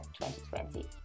2020